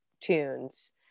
tunes